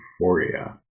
euphoria